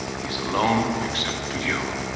he's alone, except for you.